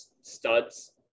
studs